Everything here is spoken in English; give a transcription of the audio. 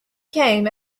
came